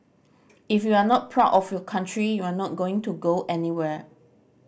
if you are not proud of your country you are not going to go anywhere